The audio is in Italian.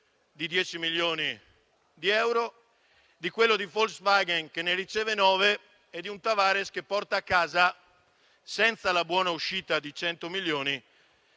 di 10 milioni di euro, di quello di Volkswagen che ne riceve 9 e di un Tavares che l'anno scorso, senza la buona uscita di 100 milioni,